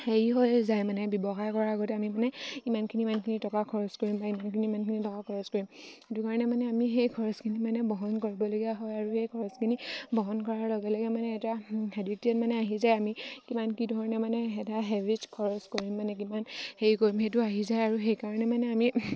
হেৰি হৈ যায় মানে ব্যৱসায় কৰাৰ আগতে আমি মানে ইমানখিনি ইমানখিনি টকা খৰচ কৰিম বা ইমানখিনি ইমানখিনি টকা খৰচ কৰিম সেইটো কাৰণে মানে আমি সেই খৰচখিনি মানে বহন কৰিবলগীয়া হয় আৰু সেই খৰচখিনি বহন কৰাৰ লগে লগে মানে এটা হেবিটেই মানে আহি যায় আমি কিমান কি ধৰণে মানে এটা হেবিটছ্ খৰচ কৰিম মানে কিমান হেৰি কৰিম সেইটো আহি যায় আৰু সেইকাৰণে মানে আমি